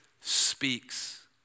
speaks